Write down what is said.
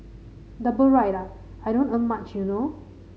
double ride ah I don't earn much you know